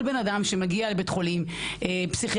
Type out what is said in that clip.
כל אדם שמגיע לבית חולים בכלל,